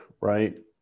Right